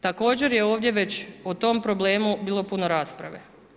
Također je ovdje već o tom problemu bilo puno rasprave.